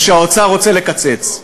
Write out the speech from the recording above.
או שהאוצר רוצה לקצץ,